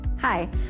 Hi